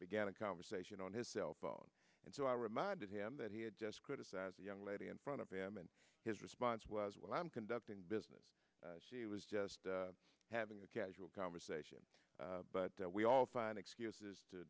began a conversation on his cell phone and so i reminded him that he had just criticize a young lady in front of him and his response was well i'm conducting business she was just having a casual conversation but we all find excuses to